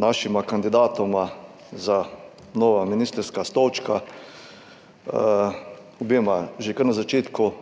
našima kandidatoma za nova ministrska stolčka. Obema že kar na začetku